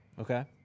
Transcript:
Okay